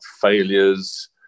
failures